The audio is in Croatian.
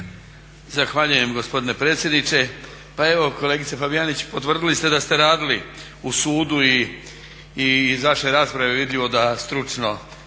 Zahvaljujem gospodine predsjedniče. Pa evo kolegice Fabijančić potvrdili ste da ste radili u sudu i iz vaše je rasprave vidljivo da stručno